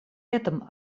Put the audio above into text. этом